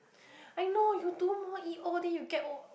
I know you do more E O then you get O